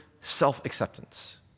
self-acceptance